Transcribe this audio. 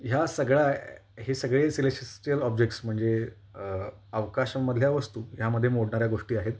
ह्या सगळ्या हे सगळे सिलेशिस्टल ऑब्जेक्टस म्हणजे अवकाशमधल्या वस्तू ह्यामध्ये मोडणाऱ्या गोष्टी आहेत